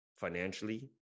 financially